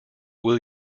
will